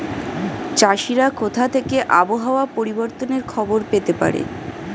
চাষিরা কোথা থেকে আবহাওয়া পরিবর্তনের খবর পেতে পারে?